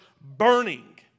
burning